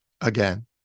again